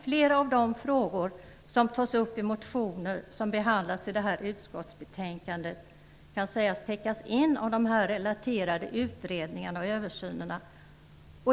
Flera av de frågor som tas upp i motioner som behandlas i det här utskottsbetänkandet kan sägas täckas in av de här relaterade utredningarna och översynerna.